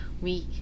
week